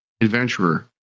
adventurer